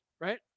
Right